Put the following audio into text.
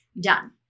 done